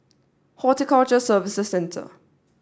Horticulture Services Centre